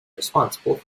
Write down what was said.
responsible